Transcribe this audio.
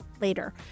later